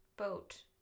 Boat